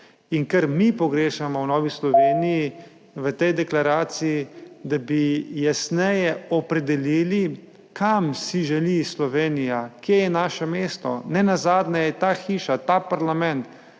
Kar mi pogrešamo v Novi Sloveniji v tej deklaraciji, je, da bi jasneje opredelili, kam si želi Slovenija, kje je naše mesto. Nenazadnje je ta hiša, ta parlament,